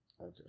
Okay